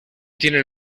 tiene